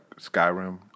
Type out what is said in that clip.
Skyrim